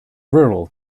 rural